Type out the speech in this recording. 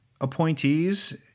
appointees